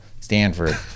Stanford